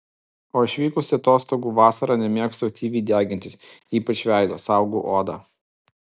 o išvykusi atostogų vasarą nemėgstu aktyviai degintis ypač veido saugau odą